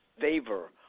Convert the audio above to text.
favor